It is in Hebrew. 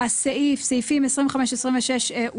בשעה 12:50 אנחנו נצביע בעזרת השם על כל הרוויזיות.